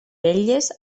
elles